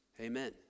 Amen